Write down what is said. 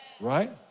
right